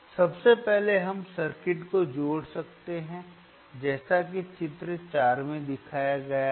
सबसे पहले हम सर्किट को जोड़ सकते हैं जैसा कि चित्र 4 में दिखाया गया है